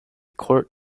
court